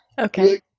Okay